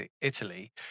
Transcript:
Italy